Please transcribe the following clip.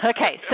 Okay